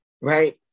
right